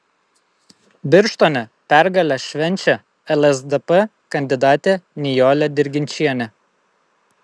birštone pergalę švenčia lsdp kandidatė nijolė dirginčienė